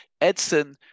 Edson